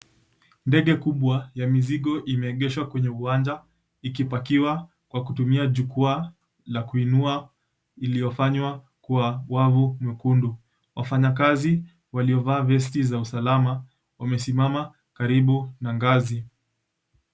Ndege kubwa ya mizigo imeegeshwa kwenye uwanja ikipakiwa kwa kutumia jukwaa la kuinua iliyofanywa kwa wavu mwekundu. Wafanyakazi waliovaa vesti za usalama wamesimama karibu na ngazi.